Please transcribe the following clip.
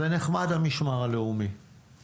המשמר הלאומי זה נחמד.